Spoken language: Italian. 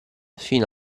fino